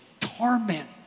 torment